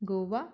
Goa